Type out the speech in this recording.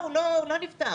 לא, הוא לא נפתח.